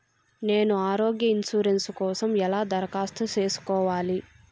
నేను ఆరోగ్య ఇన్సూరెన్సు కోసం ఎలా దరఖాస్తు సేసుకోవాలి